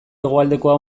hegoaldekoa